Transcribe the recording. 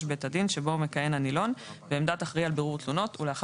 בית הדין שבו מכהן הנילון ועמדת האחראי על בירור תלונות,